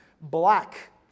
Black